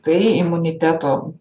tai imuniteto